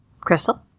crystal